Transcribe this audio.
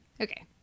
Okay